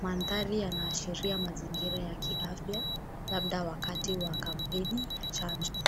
Mandhari yanaashiria mazingira ya kiafya, labda wakati wa kampeni ya chanjo.